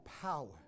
power